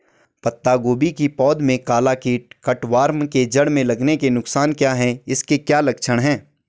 पत्ता गोभी की पौध में काला कीट कट वार्म के जड़ में लगने के नुकसान क्या हैं इसके क्या लक्षण हैं?